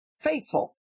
faithful